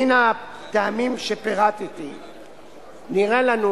מן הטעמים שפירטתי נראה לנו